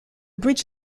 bridge